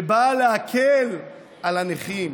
שבאה להקל על הנכים,